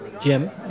Jim